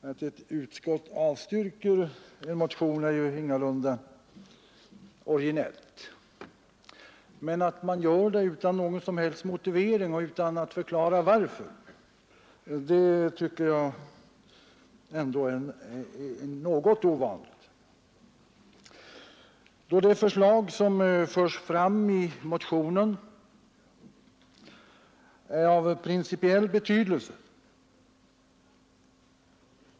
Att ett utskott avstyrker en motion är ingalunda originellt, men att man gör det utan någon som helst motivering och utan att förklara varför tycker jag ändå är något ovanligt. Det förslag som förs fram i motionen är av principiell betydelse.